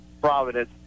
Providence